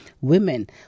women